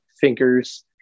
thinkers